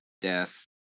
death